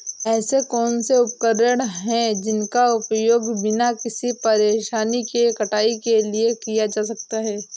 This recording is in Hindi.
ऐसे कौनसे उपकरण हैं जिनका उपयोग बिना किसी परेशानी के कटाई के लिए किया जा सकता है?